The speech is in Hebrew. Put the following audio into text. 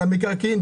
על המקרקעין,